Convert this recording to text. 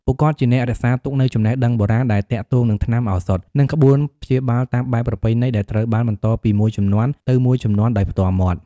ពួកគាត់ជាអ្នករក្សាទុកនូវចំណេះដឹងបុរាណដែលទាក់ទងនឹងថ្នាំឱសថ និងក្បួនព្យាបាលតាមបែបប្រពៃណី ដែលត្រូវបានបន្តពីមួយជំនាន់ទៅមួយជំនាន់ដោយផ្ទាល់មាត់។